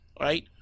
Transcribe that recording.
right